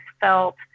felt